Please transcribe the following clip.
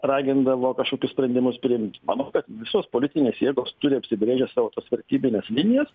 ragindavo kažkokius sprendimus priimt manau kad visos politinės jėgos turi apsibrėžę savo tas vertybines linijas